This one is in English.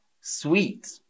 sweet